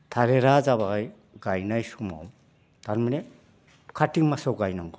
थालिरा जाबाय गायनाय समाव तारमाने खार्तिक मासाव गायनांगौ